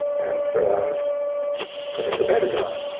and so i was put in the pentagon.